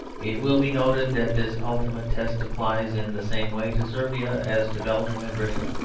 it will be noted that this ultimate test applies in the same way to servia as to belgium and britain.